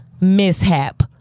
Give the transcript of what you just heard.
mishap